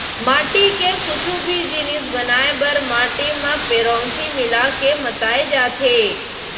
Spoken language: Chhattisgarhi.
माटी के कुछु भी जिनिस बनाए बर माटी म पेरौंसी मिला के मताए जाथे